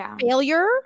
failure